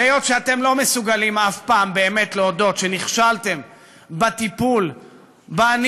והיות שאתם לא מסוגלים אף פעם באמת להודות שנכשלתם בטיפול בעני,